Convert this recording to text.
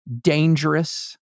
dangerous